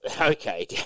okay